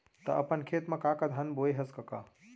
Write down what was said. त अपन खेत म का का धान बोंए हस कका?